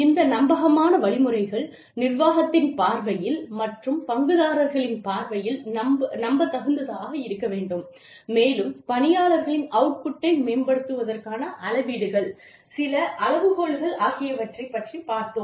இந்த நம்பகமான வழிமுறைகள் நிர்வாகத்தின் பார்வையில் மற்றும் பங்குதாரர்களின் பார்வையில் நம்பத்தகுந்ததாக இருக்க வேண்டும் மேலும் பணியாளர்களின் அவுட் புட்டை மேம்படுத்துவதற்கான அளவீடுகள் சில அளவுகோல்கள் ஆகியவற்றைப் பற்றி பார்த்தோம்